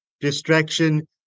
distraction